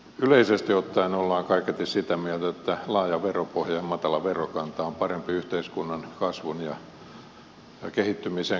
yleisesti ottaen ollaan kaiketi sitä mieltä että laaja veropohja ja matala verokanta on parempi yhteiskunnan kasvun ja kehittymisen kannalta